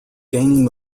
gaining